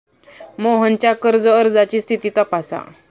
मोहनच्या कर्ज अर्जाची स्थिती तपासा